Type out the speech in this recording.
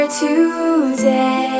today